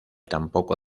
tampoco